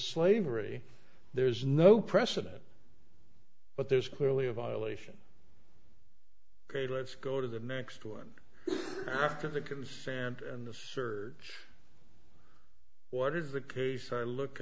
slavery there's no precedent but there's clearly a violation ok let's go to the next one after that can stand in the search what is the case i look